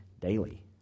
daily